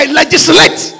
legislate